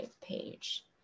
page